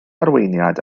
arweiniad